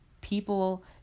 people